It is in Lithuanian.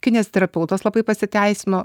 kineziterapeutas labai pasiteisino